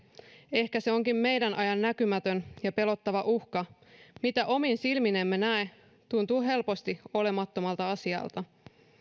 ehkä se onkin meidän aikamme näkymätön ja pelottava uhka mitä omin silmin emme näe tuntuu helposti olemattomalta asialta